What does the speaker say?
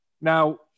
Now